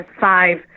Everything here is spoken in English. five